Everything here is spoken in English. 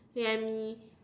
lend